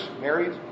married